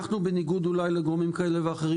אנחנו בניגוד אולי לגורמים כאלה ואחרים